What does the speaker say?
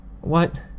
What